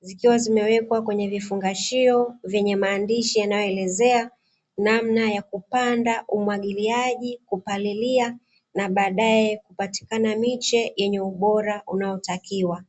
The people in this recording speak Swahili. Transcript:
zikiwa zimewekwa kwenye vifungashio vyenye maandishi yanayoelezea namna ya kupanda, umwagiliaji, kupalilia, na baadaye kupatikana miche yenye ubora unaotakiwa.